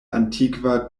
antikva